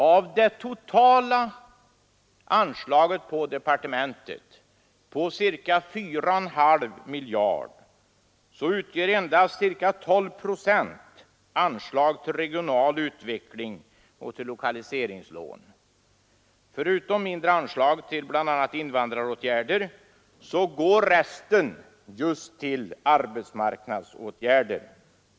Av departementets totala anslag på ca 4,5 miljarder utgör endast ca 12 procent anslag till regional utveckling och lokaliseringslån. Förutom mindre anslag till bl.a. invandraråtgärder går resten till arbetsmarknadsåtgärder.